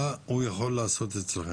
מה הוא יכול לעשות אצלכם.